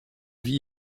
vit